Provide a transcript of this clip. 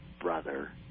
brother